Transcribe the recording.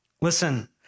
Listen